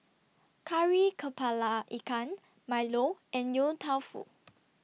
Kari Kepala Ikan Milo and Yong Tau Foo